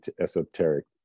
esoteric